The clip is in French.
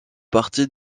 partie